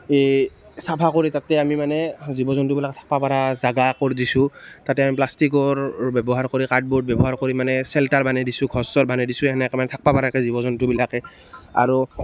এই চাফা কৰি তাতে আমি মানে জীৱ জন্তুবিলাক থাকিব পৰা জেগা কৰি দিছোঁ তাতে আমি প্লাষ্টিকৰ ব্যৱহাৰ কৰি কাৰ্ডবৰ্ড ব্যৱহাৰ কৰি মানে চেল্টাৰ বনাই দিছোঁ ঘৰ চৰ বনাই দিছোঁ সেনেকৈ মানে থাকিব পৰাকৈ জীৱ জন্তুবিলাকে আৰু